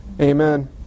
Amen